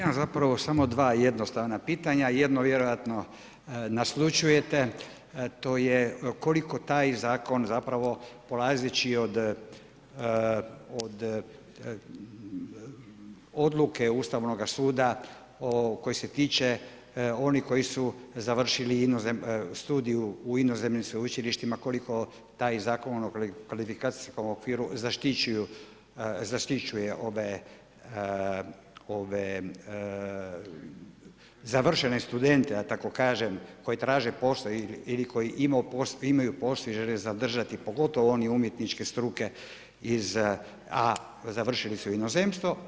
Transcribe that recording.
Imam zapravo samo dva jednostavna pitanja, jedno vjerojatno naslućujete, to je koliko taj zakon zapravo polazeći od odluke Ustavnoga suda koji se tiče onih koji su završili studiju u inozemnim sveučilištima koliko taj zakon o HKO-u zaštićuje ove završene studente ja tako kažem koji traže posao ili koji imaju poslije želje zadržati, pogotovo oni umjetničke struke iz, a završili su inozemstvo.